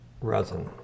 resin